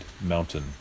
mountain